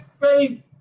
faith